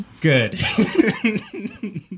good